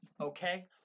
okay